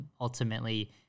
ultimately